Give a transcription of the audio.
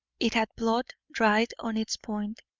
it had blood dried on its point,